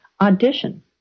audition